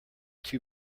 too